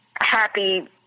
happy